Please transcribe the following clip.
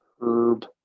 Herb